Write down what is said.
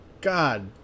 God